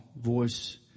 voice